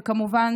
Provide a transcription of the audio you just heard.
וכמובן,